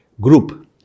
group